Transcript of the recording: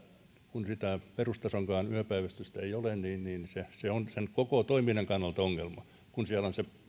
kun sitä perustasonkaan yöpäivystystä ei ole niin se se on sen koko toiminnan kannalta ongelma kun siellä on se